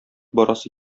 барасы